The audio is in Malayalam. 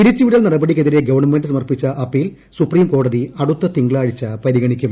പിരിച്ചുവിടൽ നടപടിക്കെതിരെ ഗവൺമെന്റ് സമർപ്പിച്ച അപ്പീൽ സുപ്രീംകോടതി അടുത്ത തിങ്കളാഴ്ച ് പരിഗണിക്കും